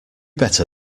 better